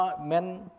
Men